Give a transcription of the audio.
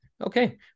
Okay